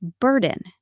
burden